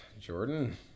Jordan